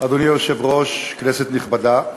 אדוני היושב-ראש, כנסת נכבדה,